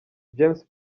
james